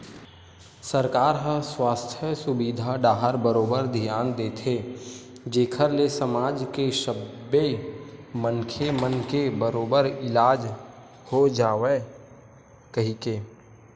सरकार ह सुवास्थ सुबिधा डाहर बरोबर धियान देथे जेखर ले समाज के सब्बे मनखे मन के बरोबर इलाज हो जावय कहिके